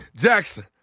Jackson